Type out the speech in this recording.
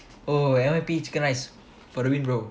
oh N_Y_P chicken rice for the win bro